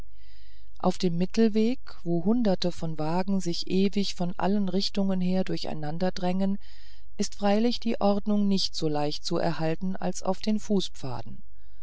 auf dem mittelwege wo hunderte von wagen sich ewig von allen richtungen her durcheinander drängen ist freilich die ordnung nicht so leicht zu erhalten als auf den fußpfaden